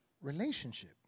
Relationship